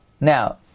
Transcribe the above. Now